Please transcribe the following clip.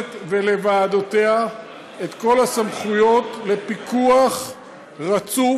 לכנסת ולוועדותיה כל הסמכויות לפיקוח רצוף,